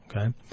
okay